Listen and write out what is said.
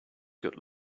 good